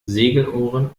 segelohren